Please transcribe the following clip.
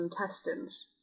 intestines